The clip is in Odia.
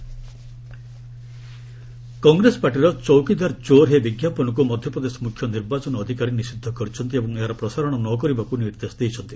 ଏମ୍ପି ଇସି କଂଗ୍ରେସ ପାର୍ଟିର 'ଚୌକିଦାର ଚୋର୍ ହେି' ବିଜ୍ଞାପନକୁ ମଧ୍ୟପ୍ରଦେଶ ମୁଖ୍ୟ ନିର୍ବାଚନ ଅଧିକାରୀ ନିଷିଦ୍ଧ କରିଛନ୍ତି ଏବଂ ଏହାର ପ୍ରସାରଣ ନ କରିବାକୁ ନିର୍ଦ୍ଦେଶ ଦେଇଛନ୍ତି